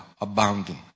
abounding